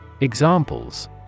Examples